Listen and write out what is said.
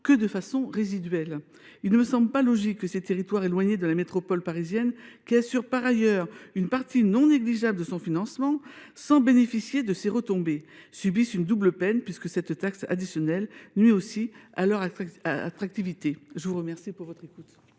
que de façon marginale. Il ne me semble pas logique que les territoires éloignés de la métropole parisienne, qui assurent par ailleurs une partie non négligeable de son financement sans bénéficier de ses retombées, subissent une double peine, puisque cette taxe additionnelle nuit aussi à leur attractivité. La parole est à M. Pierre Antoine